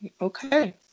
Okay